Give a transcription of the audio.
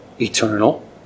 eternal